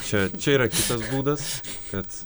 čia čia yra kitas būdas kad